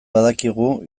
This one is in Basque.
badakigu